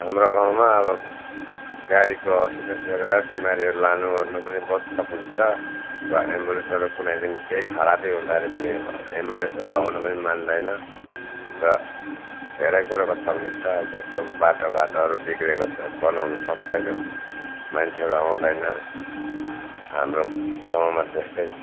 हाम्रो गाउँमा अब गाडीको असुविस्ताले गर्दा बिमारीहरू लानु ओर्नु पनि बहुत तकलिफ छ र एम्बुलेसहरू कुनै दिन केही खराबी हुँदाखेरि पनि एम्बुलेसहरू आउनु पनि मान्दैन र धेरै कुरोको तकलिफ छ जस्तो बाटो घाटोहरू बिग्रिएको छ बनाउनु सक्दैन मान्छैहरू आउँदैन हाम्रो गाउँमा त्यस्तै